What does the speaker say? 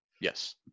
Yes